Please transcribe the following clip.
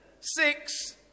six